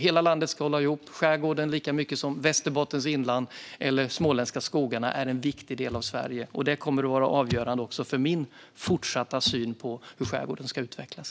Hela landet ska hålla ihop. Skärgården är en viktig del av Sverige, lika mycket som Västerbottens inland eller de småländska skogarna, och det kommer att vara avgörande även för min fortsatta syn på hur skärgården ska utvecklas.